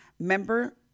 member